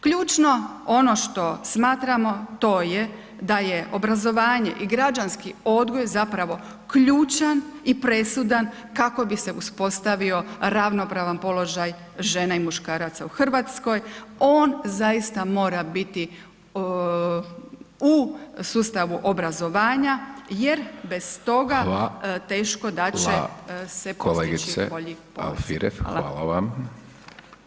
Ključno ono što smatramo to je da je obrazovanje i građanski odgoj zapravo ključan i presudan kako bi se uspostavio ravnopravan položaj žena i muškaraca u RH, on zaista mora biti u sustavu obrazovanja jer bez toga [[Upadica: Hva-la…]] teško da će se postići [[Upadica: …kolegice Alfirev]] bolji